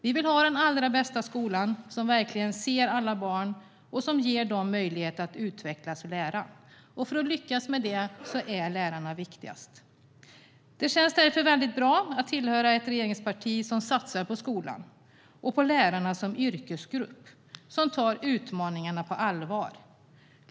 Vi vill ha den allra bästa skolan, som verkligen ser alla barn och ger dem möjlighet att utvecklas och lära. För att lyckas med det är lärarna viktigast. Det känns därför väldigt bra att tillhöra ett regeringsparti som satsar på skolan och på lärarna som yrkesgrupp och som tar utmaningarna på allvar.